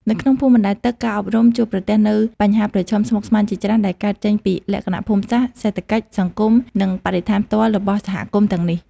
នៅក្នុងភូមិបណ្តែតទឹកការអប់រំជួបប្រទះនូវបញ្ហាប្រឈមស្មុគស្មាញជាច្រើន ដែលកើតចេញពីលក្ខណៈភូមិសាស្ត្រ សេដ្ឋកិច្ច សង្គម និងបរិស្ថានផ្ទាល់របស់សហគមន៍ទាំងនោះ។